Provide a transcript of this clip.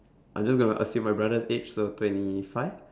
I just gonna say my brother's age so twenty five